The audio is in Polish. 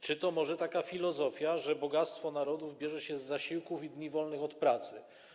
Czy to może taka filozofia, że bogactwo narodów bierze się z zasiłków i dni wolnych od pracy?